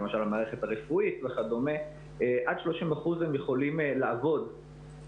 למשל המערכת הרפואית וכדומה יכולים לעבוד,